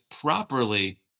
properly